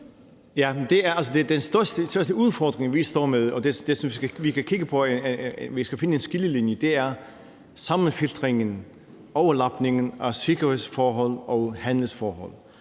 den største udfordring, vi står med, og det, jeg synes vi kan kigge på, og der, hvor vi skal finde en skillelinje, er sammenfiltringen, overlapningen af sikkerhedsforhold og handelsforhold.